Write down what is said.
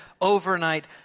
overnight